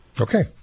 Okay